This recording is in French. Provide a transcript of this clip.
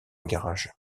garage